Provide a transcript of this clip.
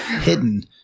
hidden